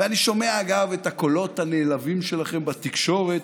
אני שומע, אגב, את הקולות הנעלבים שלכם בתקשורת.